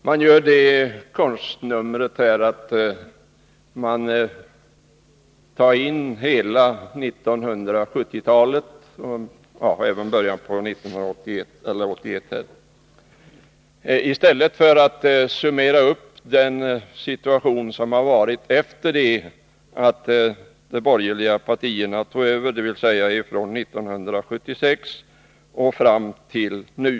Man utför det konstnumret att redogöra för hela 1970-talet — och även t o. m. år 1981 — i stället för att summera upp den situation som rått efter det att de borgerliga partierna tog över, dvs. från 1976 och fram till nu.